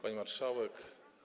Pani Marszałek!